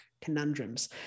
conundrums